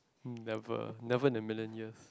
um never never in a million years